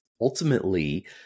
Ultimately